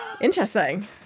Interesting